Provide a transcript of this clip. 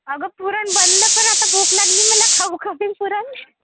अगं पुरण बनलं पण आता भूक लागली मला खाऊ का मी पुरण